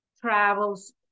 Travels